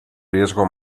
riesgo